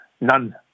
None